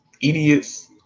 idiots